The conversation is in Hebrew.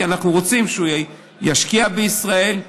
כי אנחנו רוצים שהוא ישקיע בישראל,